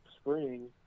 spring